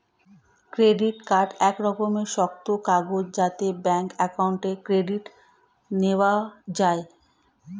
credit card এক রকমের শক্ত কাগজ যাতে ব্যাঙ্ক অ্যাকাউন্ট ক্রেডিট নেওয়া যায়